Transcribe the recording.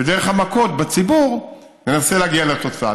ודרך המכות בציבור ננסה להגיע לתוצאה.